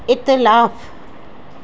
इख़्तिलाफ़ु